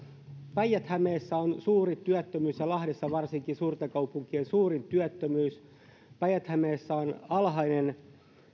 päijät hämeessä on suuri työttömyys lahdessa varsinkin suurten kaupunkien suurin työttömyys päijät hämeessä on alhainen